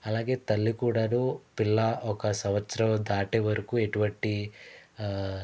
అలాగే తల్లి కూడాను పిల్లా ఒక సంవత్సరం దాటే వరకు ఎటువంటి